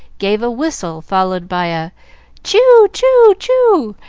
gave a whistle, followed by a choo, choo, choo!